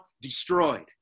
destroyed